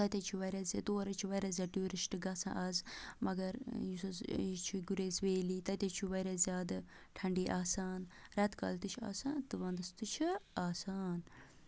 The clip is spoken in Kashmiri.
تَتہِ حظ چھِ واریاہ زیادٕ تور حظ چھِ واریاہ زیادٕ ٹیوٗرِسٹ گَژھان آز مگر یُس حظ یہِ چھُ گُریز ویلی تَتہِ حظ چھُ واریاہ زیادٕ ٹھَنڈی آسان رٮ۪تہٕ کالہِ تہِ چھُ آسان تہٕ وَنٛدَس تہِ چھِ آسان